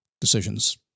decisions